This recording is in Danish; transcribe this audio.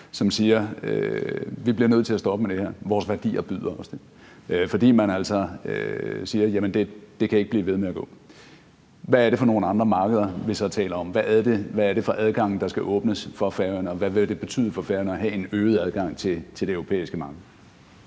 som siger: Vi bliver nødt til at stoppe med det her, vores værdier byder os det. Man siger altså, at det ikke kan blive ved med at gå. Hvad er det så for nogle andre markeder, vi taler om, hvad er det for adgange, der skal åbnes for Færøerne, og hvad vil det betyde for Færøerne at have en øget adgang til det europæiske marked?